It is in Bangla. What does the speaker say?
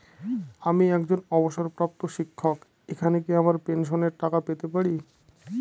আমি একজন অবসরপ্রাপ্ত শিক্ষক এখানে কি আমার পেনশনের টাকা পেতে পারি?